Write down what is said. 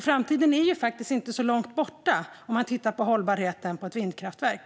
Framtiden är ju faktiskt inte så långt borta när det gäller hållbarheten på ett vindkraftverk.